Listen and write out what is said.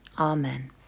Amen